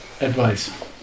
advice